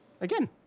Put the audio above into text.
Again